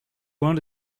want